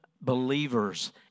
believers